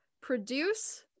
produce